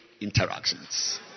interactions